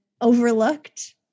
overlooked